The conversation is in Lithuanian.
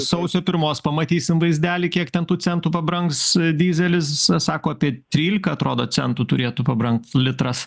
sausio pirmos pamatysim vaizdelį kiek ten tų centų pabrangs dyzelis sako apie tryliką atrodo centų turėtų pabrangt litras